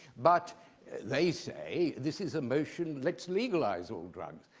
but they say this is a motion, let's legalize all drugs.